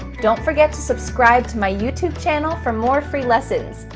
don't forget to subscribe to my youtube channel for more free lessons.